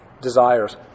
desires